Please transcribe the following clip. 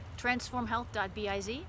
transformhealth.biz